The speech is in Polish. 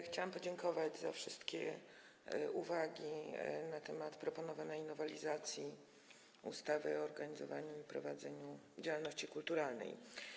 Chciałam podziękować za wszystkie uwagi na temat proponowanej nowelizacji ustawy o organizowaniu i prowadzeniu działalności kulturalnej.